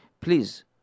please